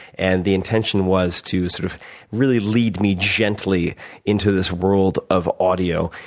and the intention was to sort of really lead me gently into this world of audio.